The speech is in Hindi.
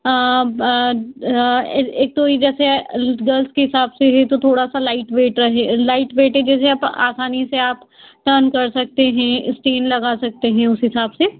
एक तो जैसे गर्ल्स के हिसाब से है तो थोड़ा सा लाइट वेट है लाइट वेट जिसे आप आसानी से आप टर्न कर सकते हैं स्टैंड लगा सकते हैं उस हिसाब से